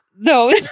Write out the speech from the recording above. no